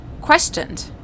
questioned